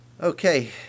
Okay